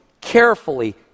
carefully